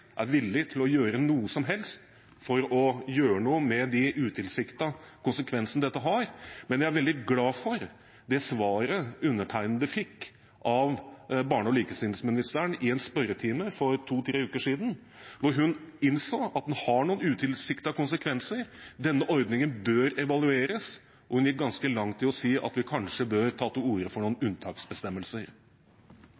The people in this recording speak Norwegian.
er villig til å gjøre noe som helst med de utilsiktede konsekvensene dette har. Jeg er veldig glad for det svaret jeg fikk av barne- og likestillingsministeren i en spørretime for to–tre uker siden, hvor hun innså at det har noen utilsiktede konsekvenser, og at denne ordningen bør evalueres. Og hun gikk ganske langt i å si at vi kanskje bør ta til orde for noen